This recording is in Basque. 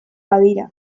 badira